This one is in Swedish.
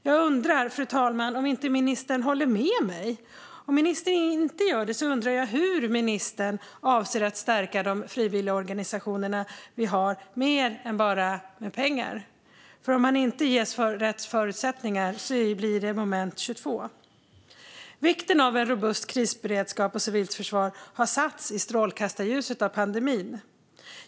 Jag undrar, fru talman, om inte ministern håller med mig. Om ministern inte gör det undrar jag hur ministern avser att stärka de frivilligorganisationer vi har mer än bara med pengar. Om de inte ges rätt förutsättningar blir det ett moment 22. Vikten av en robust krisberedskap och civilt försvar har satts i strålkastarljuset av pandemin.